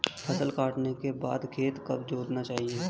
फसल काटने के बाद खेत कब जोतना चाहिये?